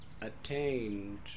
attained